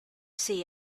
see